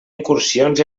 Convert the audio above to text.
incursions